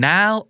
Now